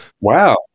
Wow